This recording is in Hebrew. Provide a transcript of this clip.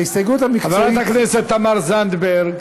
ההסתייגות המקצועית, חברת הכנסת תמר זנדברג,